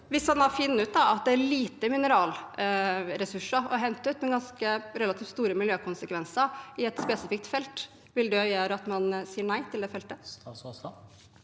Hvis man finner ut at det er lite mineralressurser å hente ut, men relativt store miljøkonsekvenser i et spesifikt felt, vil det gjøre at man sier nei til det feltet? Statsråd